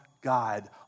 God